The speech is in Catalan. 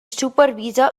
supervisa